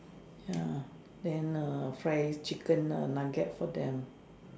ya then err fried chicken lah nugget for them